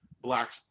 blacks